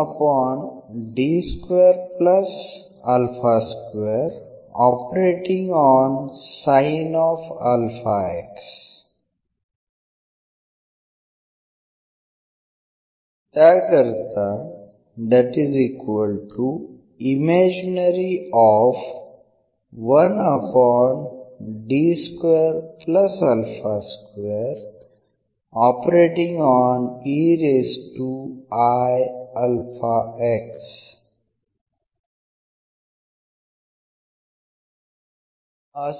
असे